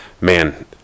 man